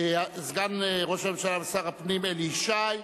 אלי ישי.